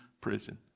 prison